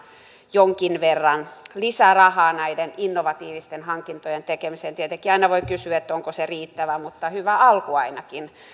jonkin verran lisärahaa näiden innovatiivisten hankintojen tekemiseen tietenkin aina voi kysyä onko se riittävää mutta hyvä alku ainakin